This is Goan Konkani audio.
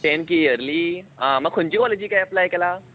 टेन के ईयरली आं मागीर खंयच्या कॉलेजीक एप्लाय केलां